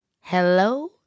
Hello